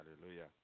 Hallelujah